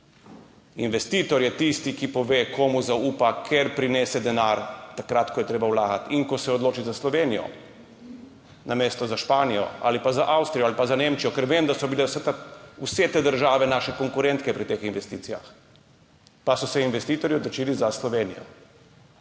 investitor je tisti, ki pove, komu zaupa, ker prinese denar takrat, ko ga je treba vlagati, ko se odloči za Slovenijo namesto za Španijo ali pa za Avstrijo ali pa za Nemčijo, ker vem, da so bile vse te države naše konkurentke pri teh investicijah, pa so se investitorji odločili za Slovenijo.